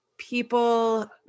people